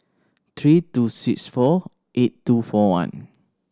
three two six four eight two four one